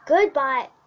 Goodbye